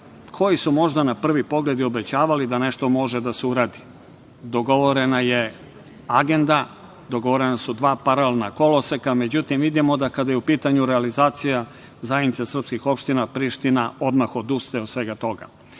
koji su možda na prvi pogled i obećavali da nešto može da se uradi, dogovorena je agenda, dogovorena su dva paralelna koloseka. Međutim, vidimo da kada je u pitanju realizacija ZSO, Priština odmah odustaje od svega